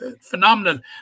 phenomenal